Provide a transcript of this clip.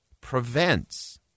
prevents